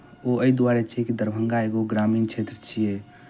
ओ अइ दुआरे छै कि दरभंगा एगो ग्रामीण क्षेत्र छियै